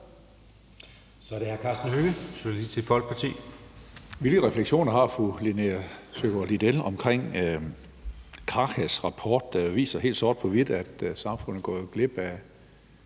Kl. 20:06 Karsten Hønge (SF): Hvilke refleksioner har fru Linea Søgaard-Lidell omkring Krakas rapport, der viser helt sort på hvidt, at samfundet går glip af